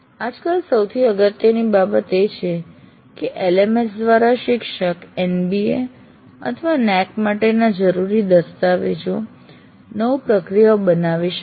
આજકાલ સૌથી અગત્યની બાબત એ છે કે LMS દ્વારા શિક્ષક NBA અથવા NAAC માટે જરૂરી દસ્તાવેજો નવી પ્રક્રિયાઓ બનાવી શકે છે